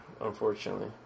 unfortunately